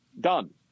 Done